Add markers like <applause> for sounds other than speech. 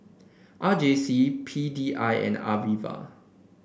R J C P D I and <unintelligible>